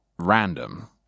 random